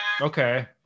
Okay